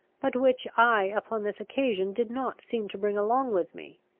but which i upon this occasion did not seem to bring along with me,